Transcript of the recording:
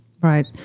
Right